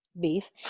beef